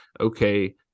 okay